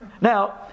Now